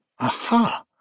Aha